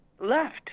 left